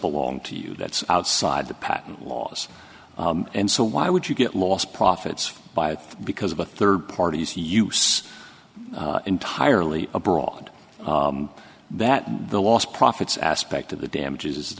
belong to you that's outside the patent laws and so why would you get lost profits by it because of a third party's use entirely abroad that the lost profits aspect of the damages